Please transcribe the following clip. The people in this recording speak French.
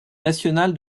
national